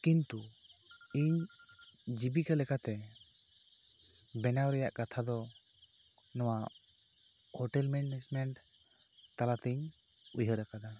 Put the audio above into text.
ᱠᱤᱱᱛᱩ ᱤᱧ ᱡᱤᱵᱤᱠᱟ ᱞᱮᱠᱟᱛᱮ ᱵᱮᱱᱟᱣ ᱨᱮᱭᱟᱜ ᱠᱟᱛᱷᱟ ᱫᱚ ᱱᱚᱣᱟ ᱦᱚᱴᱮᱞ ᱢᱮᱱᱮᱡᱢᱮᱱᱴ ᱛᱟᱞᱟᱛᱤᱧ ᱩᱭᱦᱟᱹᱨ ᱟᱠᱟᱫᱟ